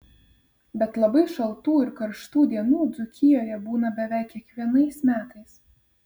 bet labai šaltų ir karštų dienų dzūkijoje būna beveik kiekvienais metais